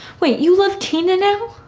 wait, you love tina now?